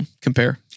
Compare